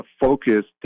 focus